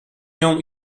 nią